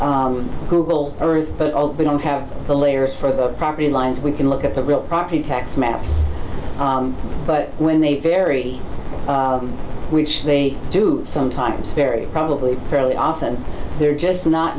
google earth but we don't have the layers for the property lines we can look at the real property tax maps but when they vary which they do sometimes very probably fairly often they're just not